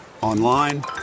Online